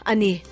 Ani